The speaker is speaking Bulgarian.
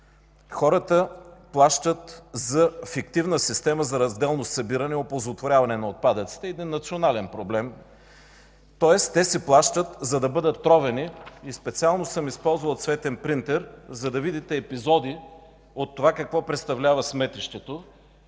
Хората плащат за фиктивна система за разделно събиране и оползотворяване на отпадъците – един национален проблем, тоест те си плащат, за да бъдат тровени. Специално съм използвал цветен принтер, за да видите епизоди от това какво представлява сметището,